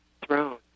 throne